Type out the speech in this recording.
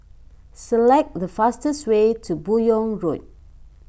select the fastest way to Buyong Road